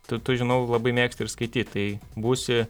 tu tu žinau labai mėgsti ir skaityt tai būsi